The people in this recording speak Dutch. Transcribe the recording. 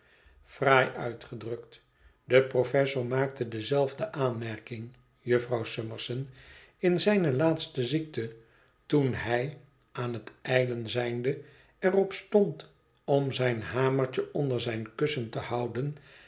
fraai uitgedrukt be professor maakte dezelfde aanmerking jufvrouw summerson in zijne laatste ziekte toen hij aan het ijlen zijnde er op stond om zijn hamertje onderzijn kussen te houden